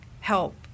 help